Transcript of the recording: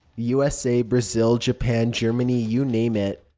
usa, brazil, japan, germany, you name it.